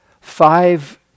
five